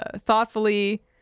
thoughtfully